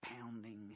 pounding